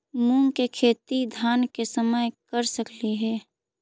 मुंग के खेती धान के समय कर सकती हे?